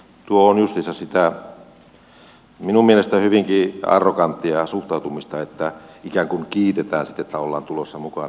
tuo on justiinsa sitä minun mielestäni hyvinkin arroganttia suhtautumista että ikään kuin kiitetään sitten että ollaan tulossa mukana